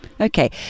Okay